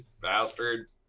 Bastard